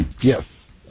Yes